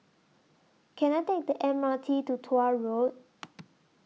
Can I Take The M R T to Tuah Road